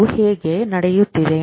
ಅದು ಹೇಗೆ ನಡೆಯುತ್ತಿದೆ